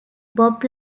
blob